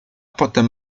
potem